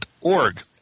org